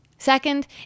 Second